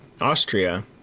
Austria